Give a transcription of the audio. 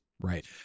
Right